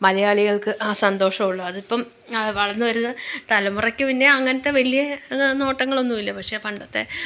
മലയാളികള്ക്ക് ആ സന്തോഷമുള്ള അതിപ്പം വളർന്നു വരുന്ന തലമുറക്ക് പിന്നെ അങ്ങനത്തെ വലിയ നോട്ടങ്ങളൊന്നുമില്ല പക്ഷെ പണ്ടത്തെ